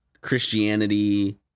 Christianity